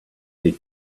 pete